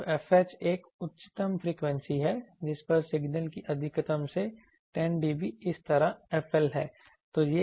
तो fH एक उच्चतम फ्रीक्वेंसी है जिस पर सिग्नल की अधिकतम से 10dB इसी तरह fLहै